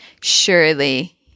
Surely